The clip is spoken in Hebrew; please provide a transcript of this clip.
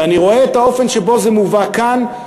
ואני רואה את האופן שבו זה מובא כאן,